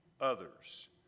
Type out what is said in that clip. others